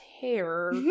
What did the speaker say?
hair